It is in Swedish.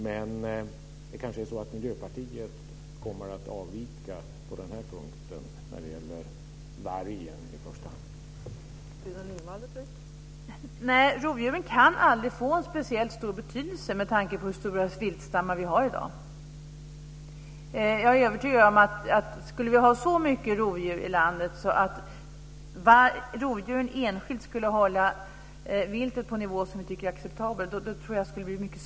Men det kanske är så att Miljöpartiet kommer att avvika på den här punkten när det gäller i första hand vargen.